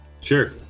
Sure